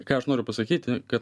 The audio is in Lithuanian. ką aš noriu pasakyti kad